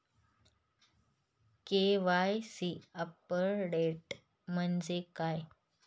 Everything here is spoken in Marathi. के.वाय.सी अपडेट म्हणजे काय?